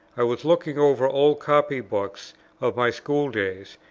i was looking over old copy-books of my school days,